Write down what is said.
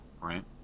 right